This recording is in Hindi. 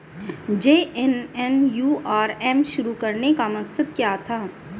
जे.एन.एन.यू.आर.एम शुरू करने का मकसद क्या था?